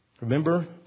Remember